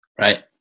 Right